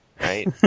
right